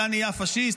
אתה נהיה פשיסט,